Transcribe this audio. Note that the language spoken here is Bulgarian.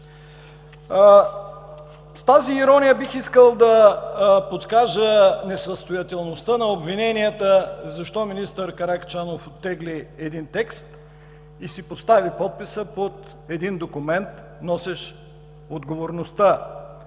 С тази ирония бих искал да подскажа несъстоятелността на обвиненията защо министър Каракачанов оттегли един текст и си постави подписа под документ, носещ отговорността